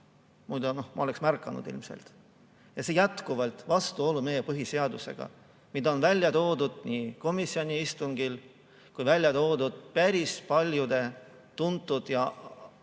Muidu ma oleks märganud ilmselt. See [eelnõu] on jätkuvalt vastuolus meie põhiseadusega, mida on välja toodud nii komisjoni istungil kui on välja toonud päris paljud tuntud ja